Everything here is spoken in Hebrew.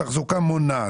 תחזוקה מונעת,